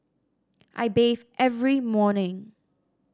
I bathe every morning